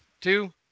two